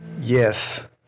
Yes